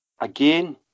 again